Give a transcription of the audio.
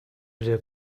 der